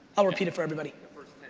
i'll repeat it for everybody.